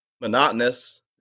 monotonous